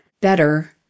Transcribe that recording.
better